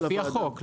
לפי החוק.